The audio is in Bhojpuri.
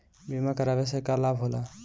बीमा करावे से का लाभ होला?